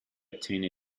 obtained